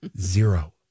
zero